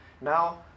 Now